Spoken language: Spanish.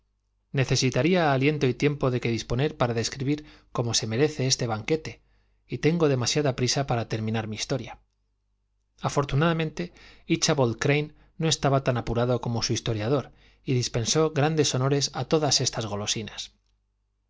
necesitaría aliento y tiempo de que disponer para describir como se merece este banquete y tengo demasiada prisa para terminar mi historia afortunadamente íchabod crane no estaba tan apurado como su historiador y dispensó grandes honores a todas estas golosinas